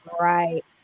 right